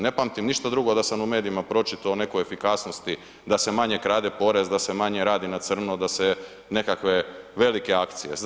Ne pamtim ništa drugo da sam u medijima pročitao o nekoj efikasnosti, da se manje krade porez, da se manje radi na crno, da se nekakve velike akcije.